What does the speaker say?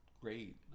great